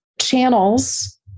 channels